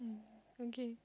mm okay